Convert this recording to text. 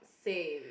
same